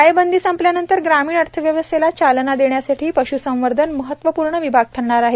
टाळेबंदी संपल्यानंतर ग्रामीण अर्थव्यवस्थेला चालना देण्यासाठी पश्संवर्धन महत्त्वपूर्ण विभाग ठरणार आहे